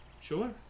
Sure